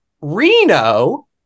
Reno